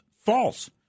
false